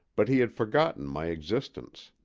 but he had forgotten my existence.